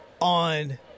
on